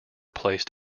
placed